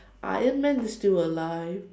Iron man is still alive